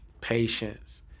patience